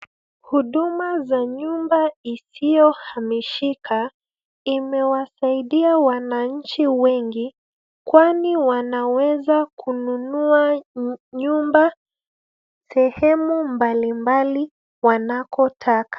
Huduma za nyumba zisizohamishika imewasaidia wananchi wengi kwani wanaweza kununua nyumba katika maeneo mbalimbali wanakotaka.